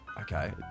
okay